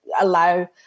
allow